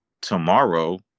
tomorrow